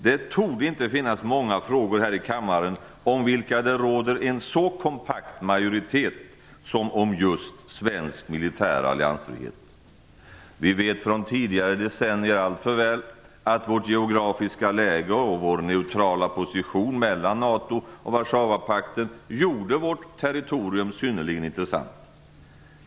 Det torde inte finnas många frågor här i kammaren om vilka det råder en så kompakt enighet som just den om svensk militär alliansfrihet. Vi vet från tidigare decennier alltför väl att vårt geografiska läge och vår neutrala position mellan NATO och Warszawapakten gjorde vårt territorium synnerligen intressant.